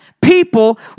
people